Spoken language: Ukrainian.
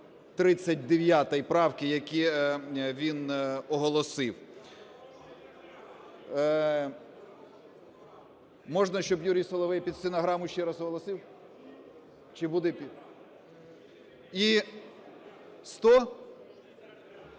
39 правки, яке він оголосив. Можна, щоб Юрій Соловей під стенограму ще раз оголосив? Чи буде… І 100?